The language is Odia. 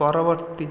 ପରବର୍ତ୍ତୀ